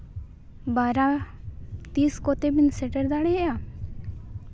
ᱵᱟᱨᱟ ᱛᱤᱥ ᱠᱚᱛᱮ ᱵᱤᱱ ᱥᱮᱴᱮᱨ ᱫᱟᱲᱮᱭᱟᱜᱼᱟ